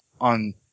on